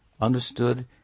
understood